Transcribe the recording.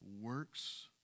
Works